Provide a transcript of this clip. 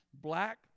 black